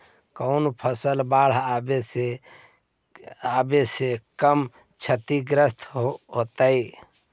कौन फसल बाढ़ आवे से कम छतिग्रस्त होतइ?